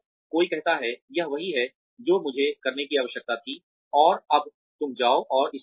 कोई कहता है यह वही है जो मुझे करने की आवश्यकता थी और अब तुम जाओ और इसे करो